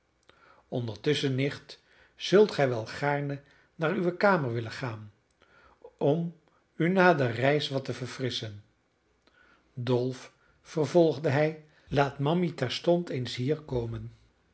ondertusschen nicht zult gij wel gaarne naar uwe kamer willen gaan om u na de reis wat te verfrisschen dolf vervolgde hij laat mammy terstond eens hier komen